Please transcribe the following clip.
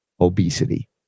obesity